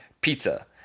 pizza